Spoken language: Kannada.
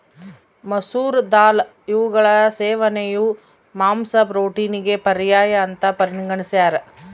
ಮಸೂರ ದಾಲ್ ಇವುಗಳ ಸೇವನೆಯು ಮಾಂಸ ಪ್ರೋಟೀನಿಗೆ ಪರ್ಯಾಯ ಅಂತ ಪರಿಗಣಿಸ್ಯಾರ